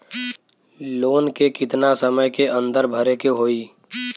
Loan के कितना समय के अंदर भरे के होई?